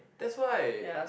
that's why